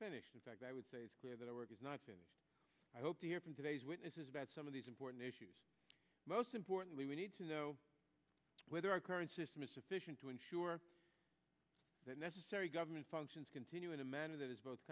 finished in fact i would say it's clear that our work is not and i hope to hear from today's witnesses about some of these important issues most importantly we need to know whether our current system is sufficient to ensure the necessary government functions continue in a manner that is both